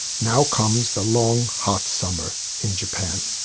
now comes the long hot summer in japan.